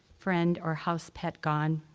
friend or house pet gone.